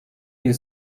bir